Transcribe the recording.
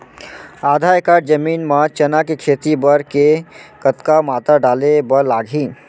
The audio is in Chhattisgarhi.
आधा एकड़ जमीन मा चना के खेती बर के कतका मात्रा डाले बर लागही?